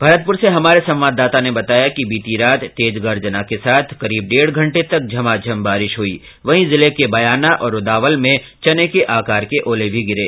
भरतप्र से हमारे संवाददाता ने बताया कि बीती रात तेज गर्जना के साथ करीब डेढ घंटे तक झमाझम बारिश हुई वहीं जिले के बयाना और रूदावल में चने के आकार के ओले भी गिरे